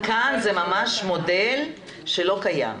כאן זה ממש מודל שלא קיים,